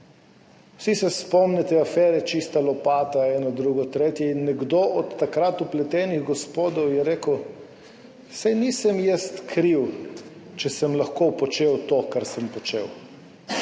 Vsi se spomnite afere Čista lopata, eno, drugo, tretje, eden od takrat vpletenih gospodov je rekel, saj nisem jaz kriv, če sem lahko počel to, kar sem počel,